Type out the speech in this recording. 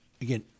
Again